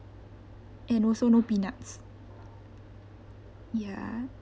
and also no peanuts ya